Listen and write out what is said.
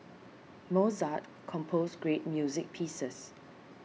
Mozart composed great music pieces